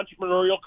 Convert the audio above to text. entrepreneurial